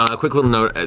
ah quick little note,